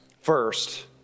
first